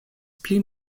pli